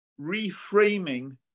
reframing